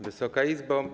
Wysoka Izbo!